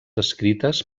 escrites